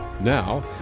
Now